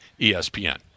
ESPN